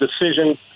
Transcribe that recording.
decision –